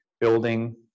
building